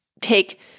take